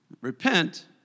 repent